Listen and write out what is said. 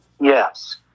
Yes